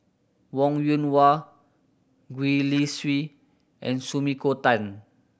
Wong Yoon Wah Gwee Li Sui and Sumiko Tan